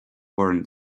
warrant